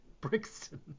Brixton